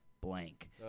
blank